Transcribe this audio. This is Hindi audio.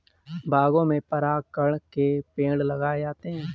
बागों में परागकण के पेड़ लगाए जाते हैं